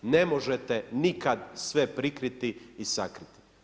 Ne možete nikad sve prikriti i sakriti.